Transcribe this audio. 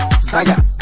Saga